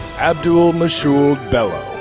abdulmoshiud bello.